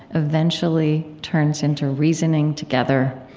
eventually turns into reasoning together.